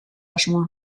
asmoa